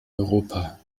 europa